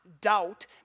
doubt